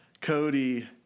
Cody